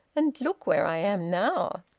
and look where i am now!